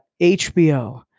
HBO